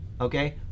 Okay